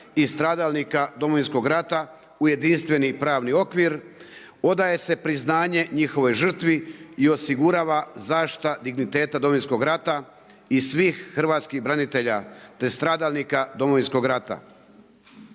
i stradalnika Domovinskog rata, u jedinstveni pravni okvir, odaje se priznanje njihovoj žrtvi i osigurava zaštita digniteta Domovinskog rata i svih hrvatskih branitelja te stradalnika Domovinskog rata.